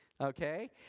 Okay